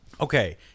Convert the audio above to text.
Okay